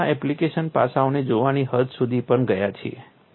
આપણે તેના એપ્લિકેશન પાસાઓને જોવાની હદ સુધી પણ ગયા છીએ